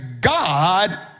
God